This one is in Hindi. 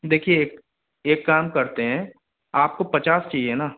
देखिए एक काम करते हैं आपको पचास चाहिए न